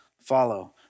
follow